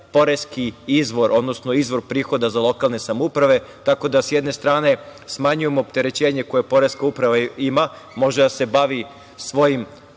poreski izvor, odnosno izvor prihoda za lokalne samouprave, tako da s jedne strane smanjujemo opterećenje koje poreska uprava ima. Može da se bavi svojim